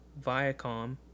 Viacom